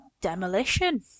Demolition